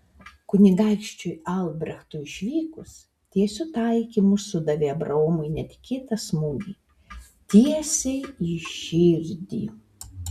kunigaikščiui albrechtui išvykus tiesiu taikymu sudavė abraomui netikėtą smūgį tiesiai į širdį